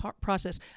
process